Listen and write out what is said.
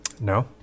no